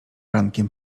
rankiem